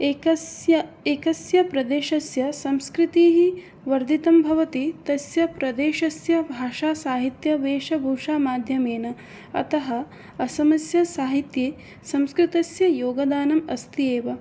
एकस्य एकस्य प्रदेशस्य संस्कृतिः वर्धितं भवति तस्य प्रदेशस्य भाषासाहित्यवेषभूषामाध्यमेन अतः असमस्य साहित्ये संस्कृतस्य योगदानम् अस्ति एव